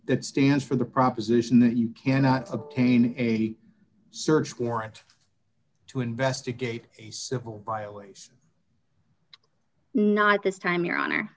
that stands for the proposition that you cannot obtain a search warrant to investigate civil violation not this time your honor